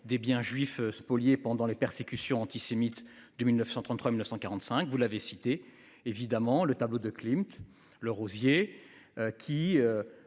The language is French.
des biens juifs spoliés pendant les persécutions antisémites de 1933 1945, vous l'avez cité, évidemment le tableau de Klimt. Le rosier. Qui